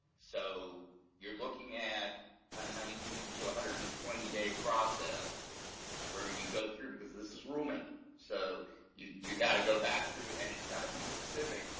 so you're looking at a ninety to one hundred and twenty day process where you go through, because this is rulemaking. so you you gotta go back through and it's gotta be specific.